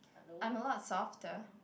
I'm a lot softer